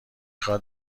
خواد